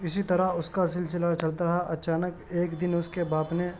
اسی طرح اس کا سلسلہ چلتا رہا اچانک ایک دن اس کے باپ نے